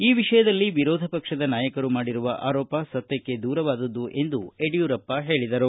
ಈ ವಿಷಯದಲ್ಲಿ ವಿರೋಧ ಪಕ್ಷದ ನಾಯಕರು ಮಾಡಿರುವ ಆರೋಪ ಸತ್ತಕ್ಕೆ ದೂರವಾದದ್ದು ಎಂದು ಯಡಿಯೂರಪ್ಪ ಹೇಳಿದರು